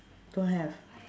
don't have